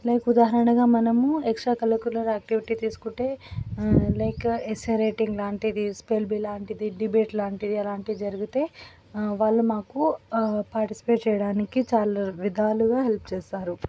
like ఉదాహరణగా మనము extra curricular activity తీసుకుంటే లైక్ ఎస్సే రైటింగ్ లాంటిది స్పెల్ బి లాంటిది డిబేట్ లాంటివి అలాంటివి జరిగితే వాళ్ళు మాకు పార్టిసిపేట్ చేయడానికి చాలా విధాలుగా హెల్ప్ చేస్తారు